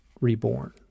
reborn